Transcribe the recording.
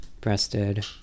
breasted